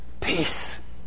peace